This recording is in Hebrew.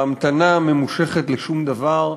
בהמתנה ממושכת לשום דבר,